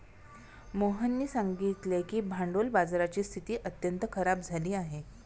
मोहननी सांगितले की भांडवल बाजाराची स्थिती अत्यंत खराब झाली आहे